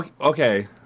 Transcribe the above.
Okay